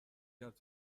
کرد